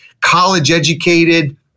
college-educated